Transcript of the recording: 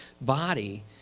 body